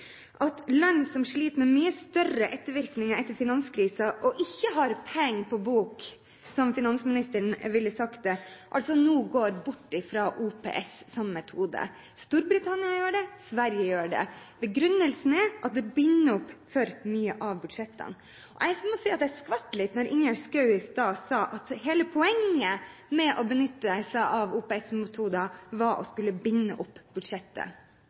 at jeg synes det er et paradoks at land som sliter med mye større ettervirkninger etter finanskrisen og ikke har «pæeng på bok», som finansministeren ville sagt det, nå går bort fra OPS som metode. Storbritannia gjør det, Sverige gjør det. Begrunnelsen er at det binder opp for mye av budsjettene. Jeg må jeg si at jeg skvatt litt da Ingjerd Schou i stad sa at hele poenget med å benytte seg av OPS-metoder var å skulle binde opp budsjettet.